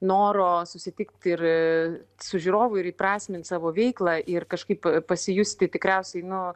noro susitikti ir su žiūrovu ir įprasmint savo veiklą ir kažkaip pasijusti tikriausiai nu